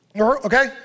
Okay